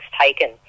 taken